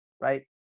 Right